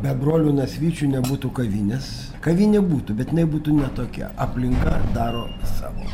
be brolių nasvyčių nebūtų kavinės kavinė būtų bet jinai būtų ne tokia aplinka daro savo